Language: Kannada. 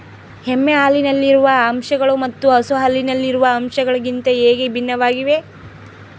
ಎಮ್ಮೆ ಹಾಲಿನಲ್ಲಿರುವ ಅಂಶಗಳು ಮತ್ತು ಹಸು ಹಾಲಿನಲ್ಲಿರುವ ಅಂಶಗಳಿಗಿಂತ ಹೇಗೆ ಭಿನ್ನವಾಗಿವೆ?